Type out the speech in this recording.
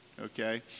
Okay